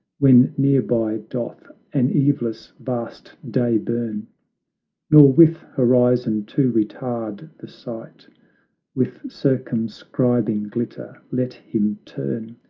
when nearby doth an eveless, vast day burn nor with horizon to retard the sight with circumscribing glitter let him turn,